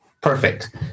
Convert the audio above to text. Perfect